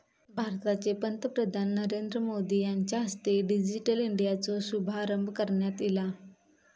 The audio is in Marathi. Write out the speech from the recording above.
भारताचे पंतप्रधान नरेंद्र मोदी यांच्या हस्ते डिजिटल इंडियाचो शुभारंभ करण्यात ईला